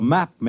Map